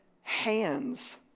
hands